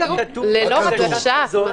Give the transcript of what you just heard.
--- מותר למכור.